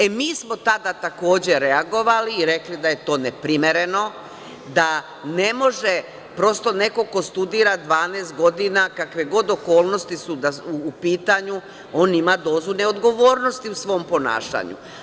E, mi smo tada takođe reagovali i rekli da je to neprimereno, da ne može prosto neko ko studira 12 godina, kakve god da su okolnosti u pitanju, on ima dozu neodgovornosti u svom ponašanju.